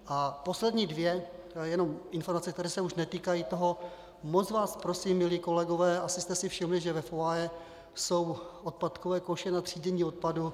A poslední dvě jenom informace, které se už netýkají toho: Moc vás prosím, milí kolegové, asi jste si všimli, že ve foyer jsou odpadkové koše na třídění odpadu.